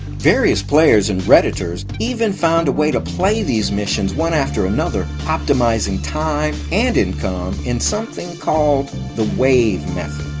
various players and redditors even found a way to play these missions one after another optimizing time and income in something called the wave method.